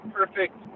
perfect